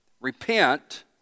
repent